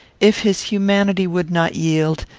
if his humanity would not yield,